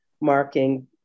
marking